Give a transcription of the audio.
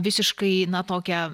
visiškai na tokią